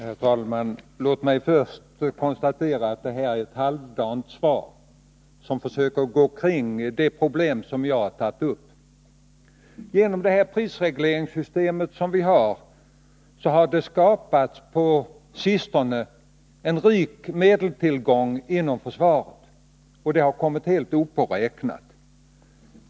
Herr talman! Låt mig först konstatera att det här är ett halvdant svar, där försvarsministern försöker kringgå de problem som jag har tagit upp. Genom det prisregleringssystem som gäller har på sistone skapats en rik medelstillgång inom försvaret. och den har kommit helt opåräknat.